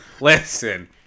listen